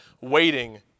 waiting